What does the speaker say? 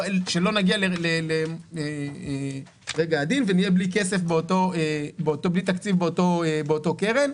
כדי שלא נגיע לרגע הדין ונהיה בלי תקציב באותה קרן.